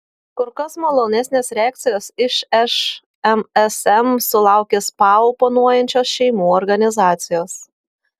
kur kas malonesnės reakcijos iš šmsm sulaukė spa oponuojančios šeimų organizacijos